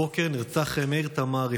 הבוקר נרצח מאיר תמרי,